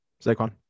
Saquon